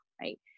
right